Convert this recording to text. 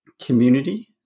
community